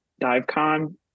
DiveCon